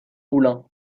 moulin